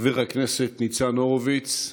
חבר הכנסת ניצן הורוביץ,